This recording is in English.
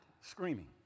screaming